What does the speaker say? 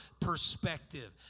perspective